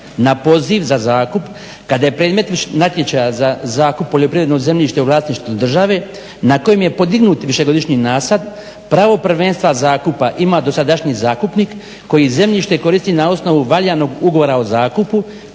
na poziv za zakup kada je predmet natječaja zakup poljoprivrednog zemljišta u vlasništvu države na kojem je podignut višegodišnji nasad pravo prvenstva zakupa ima dosadašnji zakupnik koji zemljište koristi na osnovu valjanog ugovora o zakupu